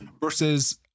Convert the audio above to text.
versus